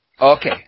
Okay